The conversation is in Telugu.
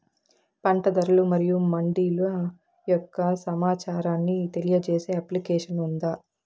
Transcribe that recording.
పంట ధరలు మరియు మండీల యొక్క సమాచారాన్ని తెలియజేసే అప్లికేషన్ ఉందా?